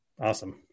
Awesome